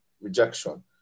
rejection